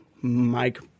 Mike